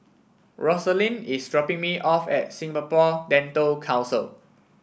Rosalind is dropping me off at Singapore Dental Council